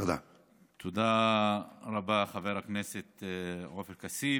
תודה רבה, חבר הכנסת עופר כסיף.